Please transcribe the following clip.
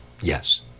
Yes